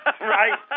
Right